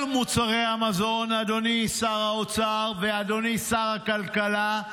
אדוני שר האוצר ואדוני שר הכלכלה,